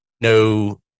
no